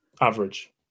Average